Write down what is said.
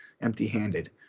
empty-handed